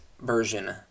version